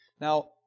Now